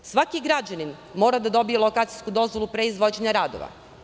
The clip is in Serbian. Svaki građanin mora da dobije lokacijsku dozvolu pre izvođenja radova.